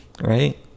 right